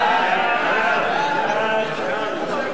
סעיפים 1 2